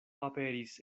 aperis